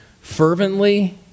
fervently